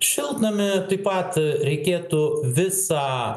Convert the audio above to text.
šiltnamy taip pat reikėtų visą